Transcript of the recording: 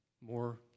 More